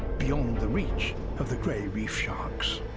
beyond the reach of the gray reef sharks.